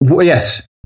Yes